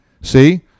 see